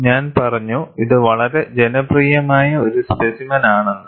ഞാൻ പറഞ്ഞു ഇത് വളരെ ജനപ്രിയമായ ഒരു സ്പെസിമെൻ ആണെന്ന്